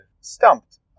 stumped